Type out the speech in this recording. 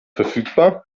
verfügbar